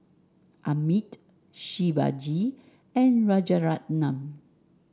Amit Shivaji and Rajaratnam